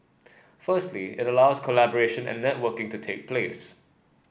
firstly it allows collaboration and networking to take place